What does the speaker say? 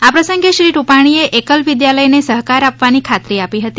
આ પ્રસંગે શ્રી રૂપાણીએ એકલ વિદ્યાલયને સહકાર આપવાની ખાતરી આપી હતી